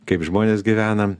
kaip žmonės gyvena